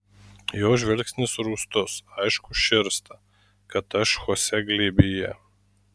jo žvilgsnis rūstus aišku širsta kad aš chosė glėbyje